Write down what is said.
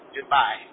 Goodbye